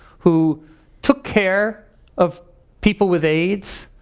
who took care of people with aids,